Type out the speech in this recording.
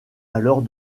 alors